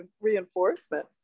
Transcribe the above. reinforcement